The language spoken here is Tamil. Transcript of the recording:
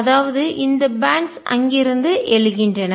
அதாவது இந்த பேன்ட்ஸ் பட்டைகள் அங்கிருந்து எழுகின்றன